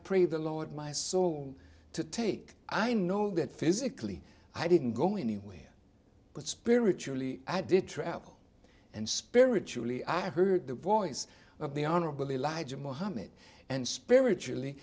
pray the lord my soul to take i know that physically i didn't go in where but spiritually i did travel and spiritually i heard the voice of the honorable elijah mohammed and spiritually